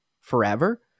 forever